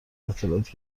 اطلاعاتی